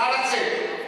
נא לצאת.